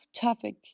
topic